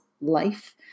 life